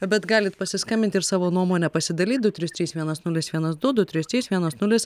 bet galit pasiskambinti ir savo nuomonę pasidalyt du trys trys vienas nulis vienas du du trys trys vienas nulis